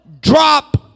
drop